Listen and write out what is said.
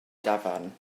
dafarn